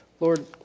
Lord